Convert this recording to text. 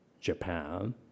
Japan